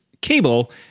cable